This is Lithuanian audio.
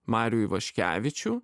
marių ivaškevičių